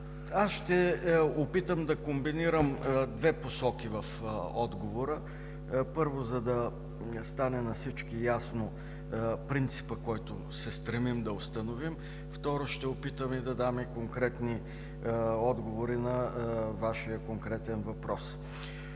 Аз ще опитам да комбинирам две посоки в отговора. Първо, за да стане на всички ясен принципът, който се стремим да установим; второ, ще опитам и да дам конкретни отговори на Вашия конкретен въпрос.